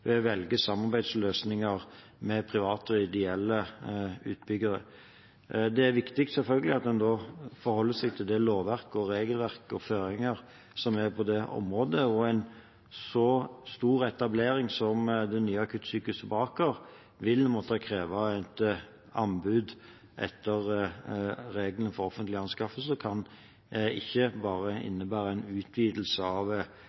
velge samarbeidsløsninger med private og ideelle utbyggere. Det er viktig, selvfølgelig, at en da forholder seg til det lovverket og regelverket og føringer som er på det området. En så stor etablering som det nye akuttsykehuset på Aker vil måtte kreve et anbud etter reglene for offentlig anskaffelse og kan ikke bare innebære en utvidelse av